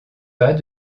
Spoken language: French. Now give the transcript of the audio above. pas